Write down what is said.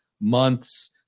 months